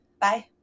Bye